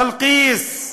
בלקיס,